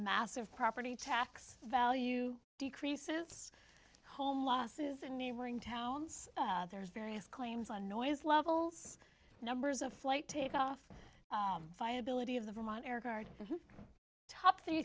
massive property tax value decreases home losses in neighboring towns there's various claims on noise levels numbers of flight take off viability of the vermont